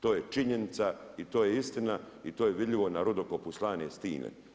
To je činjenica i to je istina i to je vidljivo na rudokopu Slane stine.